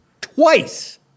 twice